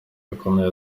gakomeye